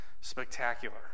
spectacular